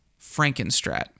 Frankenstrat